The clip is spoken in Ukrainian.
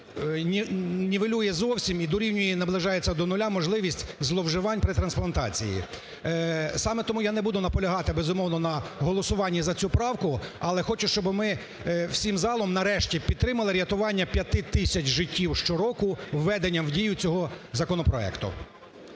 нівелює зовсім і дорівнює, і наближається до нуля можливість зловживань при трансплантації. Саме тому я не буду наполягати, безумовно, на голосуванні за цю правку, але хочу, щоб ми всім залом нарешті підтримали рятування 5 тисяч життів щороку введенням в дію цього законопроекту.